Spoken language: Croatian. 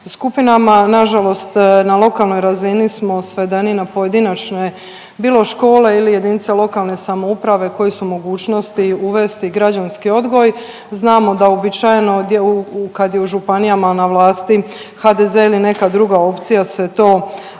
Nažalost na lokalnoj razini smo svedeni na pojedinačne bilo škole ili JLS koje su u mogućnosti uvesti građanski odgoj. Znamo da je uobičajeno kad je u županijama na vlasti HDZ ili neka druga opcija se to ovaj